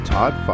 Todd